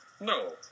No